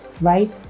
right